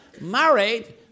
married